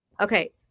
Okay